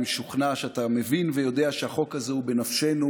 רוצה להוסיף משהו בנימה אישית.